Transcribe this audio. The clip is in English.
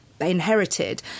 inherited